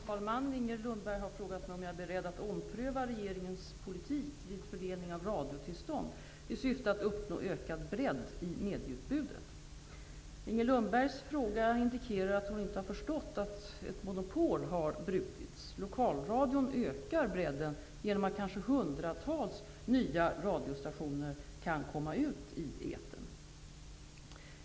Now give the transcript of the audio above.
Fru talman! Inger Lundberg har frågat om jag är beredd att ompröva regeringens politik vi fördelning av radiotillstånd i syfte att uppnå ökad bredd i medieutbudet. Inger Lundbergs fråga indikerar att hon inte förstått att ett monopol har brutits. Lokalradion ökar bredden genom att kanske hundratals nya radiostationer kan komma ut i etern.